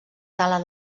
tala